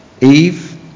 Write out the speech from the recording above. Eve